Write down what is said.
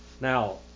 Now